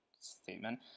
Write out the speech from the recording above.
statement